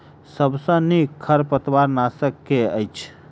सबसँ नीक खरपतवार नाशक केँ अछि?